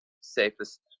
safest